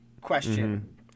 question